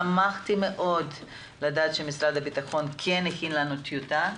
שמחתי מאוד לדעת שמשרד הביטחון כן הכין לנו טיוטה.